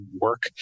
work